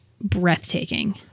breathtaking